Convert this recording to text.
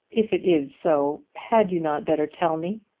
if it is so, had you not better tell me?